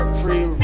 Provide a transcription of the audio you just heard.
free